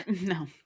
No